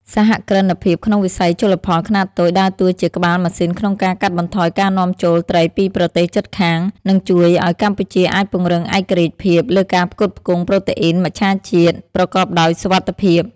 សហគ្រិនភាពក្នុងវិស័យជលផលខ្នាតតូចដើរតួជាក្បាលម៉ាស៊ីនក្នុងការកាត់បន្ថយការនាំចូលត្រីពីប្រទេសជិតខាង និងជួយឱ្យកម្ពុជាអាចពង្រឹងឯករាជ្យភាពលើការផ្គត់ផ្គង់ប្រូតេអ៊ីនមច្ឆជាតិប្រកបដោយសុវត្ថិភាព។